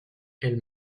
elles